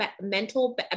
mental